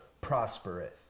prospereth